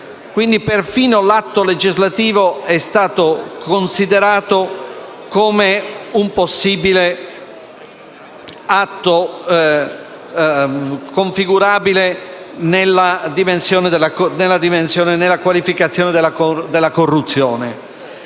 Quindi, perfino l'atto legislativo è stato considerato tra quelli configurabili nella qualificazione della corruzione.